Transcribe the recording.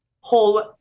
whole